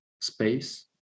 space